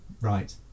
right